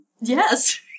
Yes